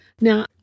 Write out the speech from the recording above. Now